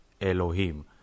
Elohim